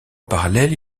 parallèle